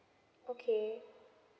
okay